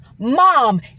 Mom